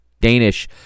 Danish